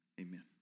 amen